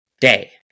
day